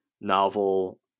novel